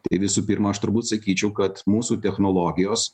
tai visų pirma aš turbūt sakyčiau kad mūsų technologijos